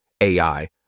AI